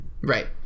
Right